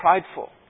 prideful